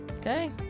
okay